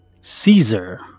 Caesar